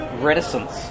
reticence